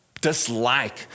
dislike